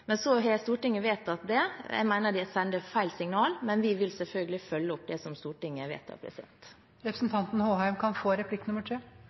Men så har Stortinget vedtatt det. Jeg mener at det er å sende feil signal, men vi vil selvfølgelig følge opp det som Stortinget